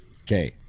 Okay